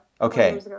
Okay